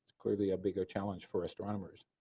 clearly a bigger challenge for astronomers.